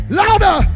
louder